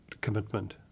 commitment